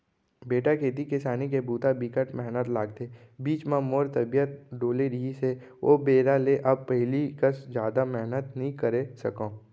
बेटा खेती किसानी के बूता बिकट मेहनत लागथे, बीच म मोर तबियत डोले रहिस हे ओ बेरा ले अब पहिली कस जादा मेहनत नइ करे सकव